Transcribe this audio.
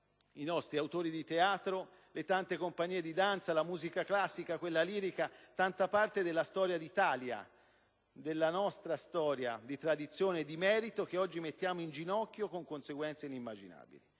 i nostri autori di teatro, le tante compagnie di danza, la musica classica, quella lirica, tanta parte della storia d'Italia, della nostra storia di tradizione e di merito che oggi mettiamo in ginocchio con conseguenze inimmaginabili.